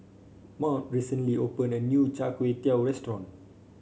Maude recently opened a new Char Kway Teow restaurant